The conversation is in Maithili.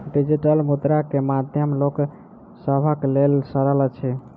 डिजिटल मुद्रा के माध्यम लोक सभक लेल सरल अछि